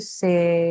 say